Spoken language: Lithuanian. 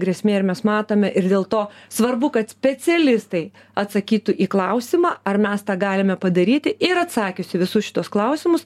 grėsmė ir mes matome ir dėl to svarbu kad specialistai atsakytų į klausimą ar mes tą galime padaryti ir atsakius į visus šituos klausimus